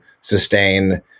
sustain